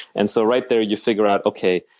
and so right there you figure out okay,